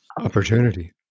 Opportunity